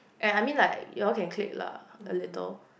ya I mean like y'all can click lah a little